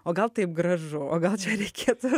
o gal taip gražu o gal čia reikėtų